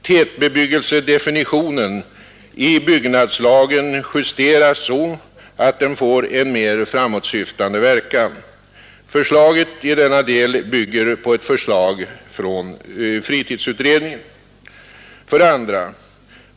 Tätbebyggelsedefinitionen i byggnadslagen justeras så att den får en mer framåtsyftande verkan. Förslaget i denna del bygger på initiativ från fritidsutredningen. 2.